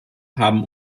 haben